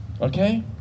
Okay